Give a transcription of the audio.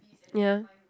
ya